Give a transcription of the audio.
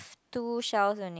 two shells only